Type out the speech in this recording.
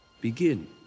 begin